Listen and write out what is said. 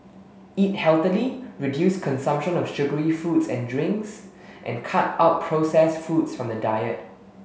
eat healthily reduce consumption of sugary foods and drinks and cut out processed foods from the diet